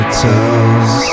tells